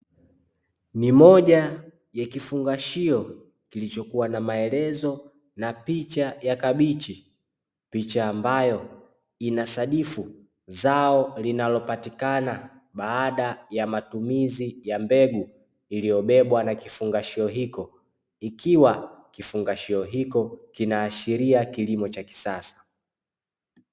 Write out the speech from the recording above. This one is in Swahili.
Ni moja ya kifungashio kilichokua na maelezo na picha ya kabichi, picha ambayo inasadifu zao linalopatikana baada ya matumizi ya mbegu iliyobebwa na kifungashio hiko ikiwa kifungashio hiko kina ashiria kilimo cha kisasa.